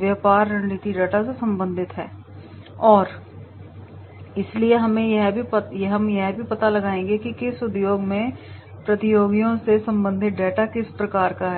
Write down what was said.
व्यापार रणनीति डेटा से संबंधित है और इसलिए हम यह पता लगाएंगे कि किस उद्योग में प्रतियोगियों से संबंधित डेटा किस प्रकार का है